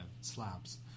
slabs